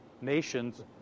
nations